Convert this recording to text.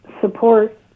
support